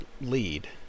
lead